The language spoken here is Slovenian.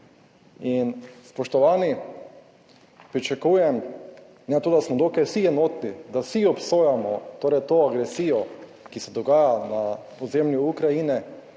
In spoštovani, pričakujem na to, da smo dokaj vsi enotni, da vsi obsojamo torej to agresijo, ki se dogaja na ozemlju Ukrajine,